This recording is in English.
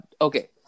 okay